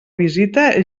visita